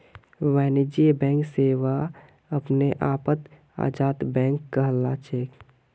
वाणिज्यिक बैंक सेवा अपने आपत आजाद बैंक कहलाछेक